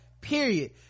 period